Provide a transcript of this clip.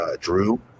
Drew